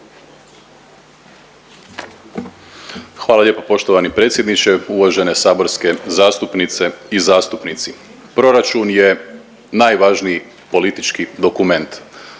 Hvala lijepo poštovani predsjedniče. Uvažene saborske zastupnice i zastupnici, proračun je najvažniji politički dokument.